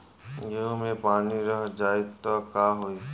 गेंहू मे पानी रह जाई त का होई?